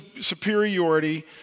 superiority